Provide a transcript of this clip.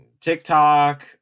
TikTok